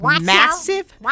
massive